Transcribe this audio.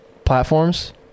platforms